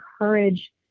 encourage